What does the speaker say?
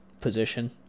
position